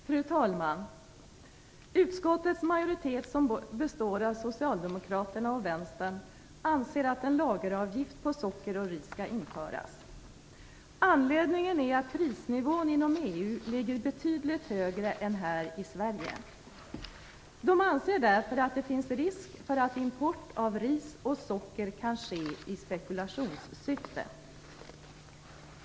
Fru talman! Utskottets majoritet, som består av socialdemokrater och vänsterpartister, anser att en lageravgift på socker och ris skall införas. Anledningen är att prisnivån inom EU ligger betydligt högre än här i Sverige. De anser därför att det finns risk för att import av ris och socker kan ske i spekulationssyfte.